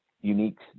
unique